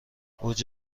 اوج